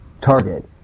target